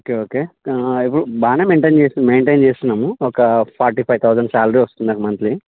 okay okay ఇప్పుడు బాగానే maintain చేస్తు మెయింటైన్ చేస్తున్నాము ఒక ఫార్టీ ఫైవ్ తౌజండ్ సాలరీ వస్తుంది నాకు మంత్లీ